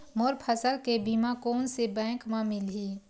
मोर फसल के बीमा कोन से बैंक म मिलही?